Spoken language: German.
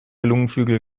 lungenflügel